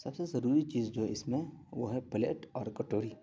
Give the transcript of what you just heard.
سب سے ضروری چیز جو ہے اس میں وہ ہے پلیٹ اور کٹوری